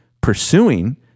pursuing